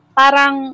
parang